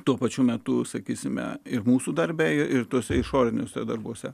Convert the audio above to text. tuo pačiu metu sakysime ir mūsų darbe ir tuose išoriniuose darbuose